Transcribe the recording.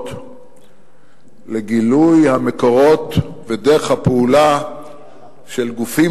שונות לגילוי המקורות ודרך הפעולה של גופים